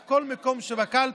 כך כל מקום של קלפי,